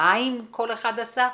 שפעמיים כל אחד עשה,